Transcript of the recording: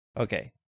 okay